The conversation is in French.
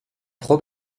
trop